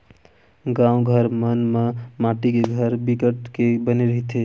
गाँव घर मन म माटी के घर बिकट के बने रहिथे